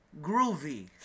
groovy